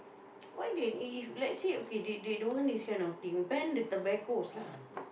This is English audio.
why then if let's say okay they they don't want this kind of thing ban the tobaccos lah